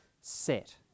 set